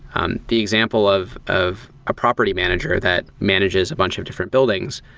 um the example of of a property manager that manages a bunch of different buildings,